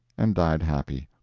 and died happy.